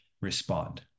respond